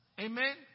Amen